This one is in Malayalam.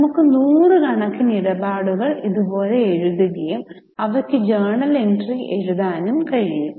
നമ്മുക് നൂറു കണക്കിന് ഇടപാടുകൾ ഇത് പോലെ എഴുതുകയും അവയ്ക്കു ജേർണൽ എൻട്രി എഴുതാനും കഴിയും